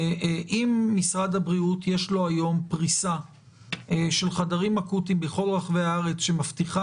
אם למשרד הבריאות יש היום פריסה של חדרים אקוטיים בכל רחבי הארץ שמבטיחה